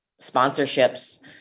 sponsorships